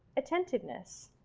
attentiveness,